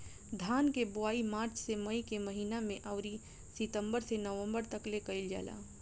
धान के बोआई मार्च से मई के महीना में अउरी सितंबर से नवंबर तकले कईल जाला